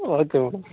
okay madam